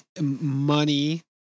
money